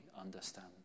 understand